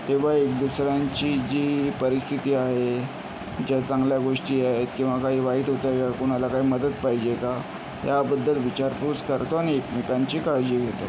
तेव्हा एक दुसऱ्यांची जी परिस्थिती आहे ज्या चांगल्या गोष्टी आहेत किंवा काही वाईट होतं आहे का कुणाला काही मदत पाहिजे का याबद्दल विचारपूस करतो आणि एकमेकांची काळजी घेतो